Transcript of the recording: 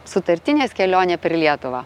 sutartinės kelionė per lietuvą